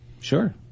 Sure